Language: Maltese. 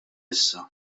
issa